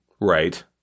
Right